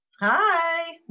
Hi